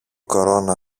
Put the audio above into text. κορώνα